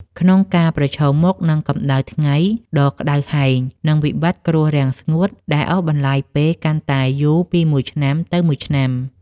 ក្នុងការប្រឈមមុខនឹងកម្ដៅថ្ងៃដ៏ក្ដៅហែង និងវិបត្តិគ្រោះរាំងស្ងួតដែលអូសបន្លាយពេលកាន់តែយូរពីមួយឆ្នាំទៅមួយឆ្នាំ។